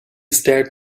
stared